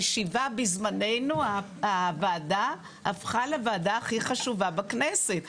בזמננו הוועדה הפכה לוועדה הכי חשובה בכנסת.